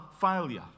failure